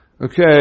Okay